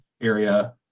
area